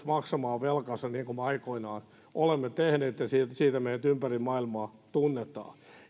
maksamaan velkansa niin kuin me aikoinaan olemme tehneet ja siitä meidät ympäri maailmaa tunnetaan